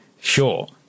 sure